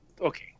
okay